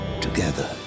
together